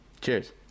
Cheers